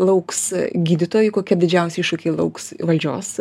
lauks gydytojui kokie didžiausi iššūkiai lauks valdžios